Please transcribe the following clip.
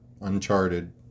uncharted